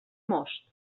most